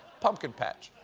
pumpkin patch.